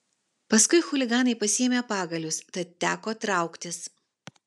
paskui chuliganai pasiėmė pagalius tad teko trauktis